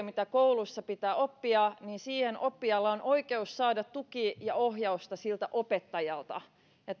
mitä koulussa pitää oppia oppijalla on oikeus saada tukea ja ohjausta opettajalta ja